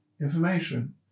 information